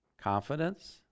confidence